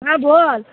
হ্যাঁ বল